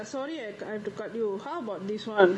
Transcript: eh sorry ah I I have to cut you how about this one